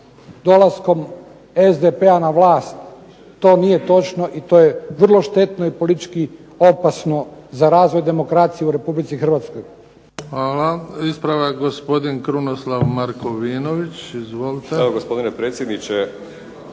dolaskom SDP-a na vlast. to nije točno i to je vrlo štetno i politički opasno za razvoj demokracije u Republici Hrvatskoj. **Bebić, Luka (HDZ)** Hvala. Ispravak gospodin Krunoslav Markovinović. Izvolite. **Markovinović,